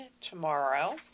tomorrow